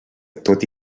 tot